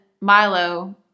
Milo